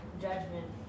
judgment